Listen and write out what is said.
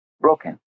broken